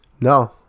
No